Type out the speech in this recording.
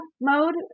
mode